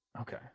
Okay